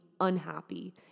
unhappy